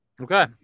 Okay